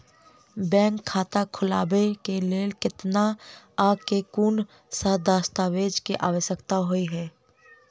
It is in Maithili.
बैंक खाता खोलबाबै केँ लेल केतना आ केँ कुन सा दस्तावेज केँ आवश्यकता होइ है?